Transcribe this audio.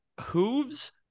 hooves